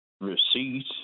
receipt